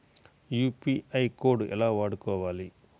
UPI code ఎలా వాడుకోవాలి?